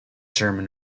german